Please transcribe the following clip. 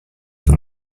that